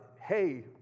Hey